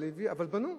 אבל בנו.